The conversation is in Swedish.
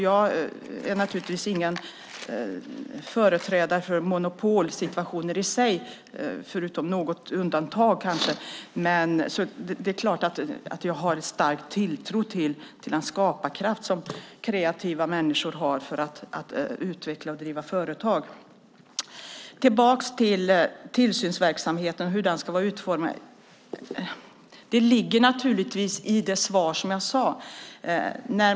Jag är naturligtvis ingen företrädare för monopolsituationer i sig, förutom något undantag kanske. Det är klart att jag har stark tilltro till den skaparkraft som kreativa människor har för att utveckla och driva företag. Jag återgår till tillsynsverksamheten och hur den ska vara utformad. Det ligger naturligtvis i det svar som jag gav.